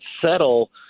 settle